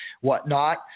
whatnot